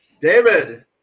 David